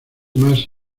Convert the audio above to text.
más